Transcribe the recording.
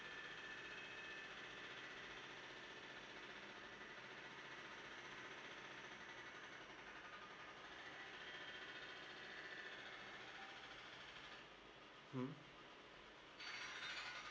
mm